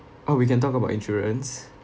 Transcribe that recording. oh we can talk about insurance